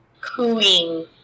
cooing